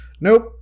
Nope